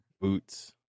Boots